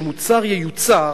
כשמוצר ייוצר,